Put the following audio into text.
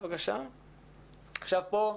עכשיו, פה,